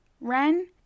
Ren